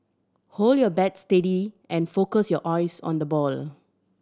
hold your bat steady and focus your eyes on the ball